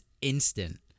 instant